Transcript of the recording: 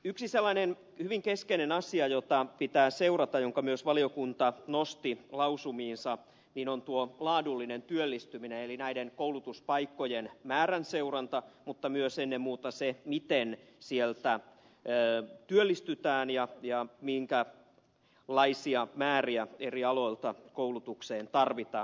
yksi sellainen hyvin keskeinen asia jota pitää seurata ja jonka myös valiokunta nosti lausumiinsa on tuo laadullinen työllistyminen eli näiden koulutuspaikkojen määrän seuranta mutta myös ennen muuta se miten sieltä työllistytään ja minkälaisia määriä eri aloilta koulutukseen tarvitaan